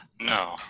No